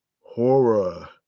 horror